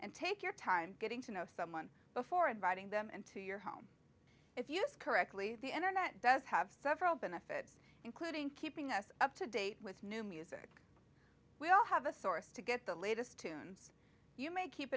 and take your time getting to know someone before inviting them into your home if used correctly the internet does have several benefits including keeping us up to date with new music we all have a source to get the latest tunes you may keep